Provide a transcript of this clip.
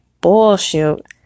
bullshit